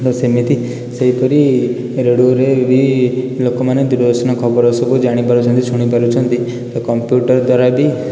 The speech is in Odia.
ତ ସେମିତି ସେହିପରି ରେଡ଼ିଓରେ ବି ଲୋକମାନେ ଦୂରଦର୍ଶନ ଖବର ସବୁ ଜାଣି ପାରୁଛନ୍ତି ଶୁଣି ପାରୁଛନ୍ତି ତ କମ୍ପ୍ୟୁଟର୍ ଦ୍ୱାରା ବି